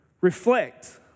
Reflect